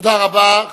תודה רבה.